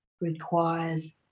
requires